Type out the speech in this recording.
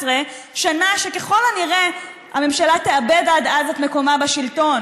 שנה שככל הנראה הממשלה תאבד עד אז את מקומה בשלטון,